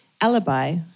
Alibi